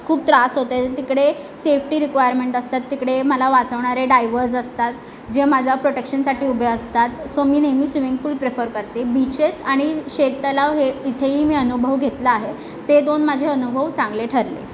खूप त्रास होतो आहे तिकडे सेफ्टी रिक्वायर्मेंट असतात तिकडे मला वाचवणारे डायवर्स असतात जे माझ्या प्रोटेक्शनसाठी उभे असतात सो मी नेहमी स्वीमिंग पूल प्रेफर करते बीचेस आणि शेततलाव हे इथेही मी अनुभव घेतला आहे ते दोन माझे अनुभव चांगले ठरले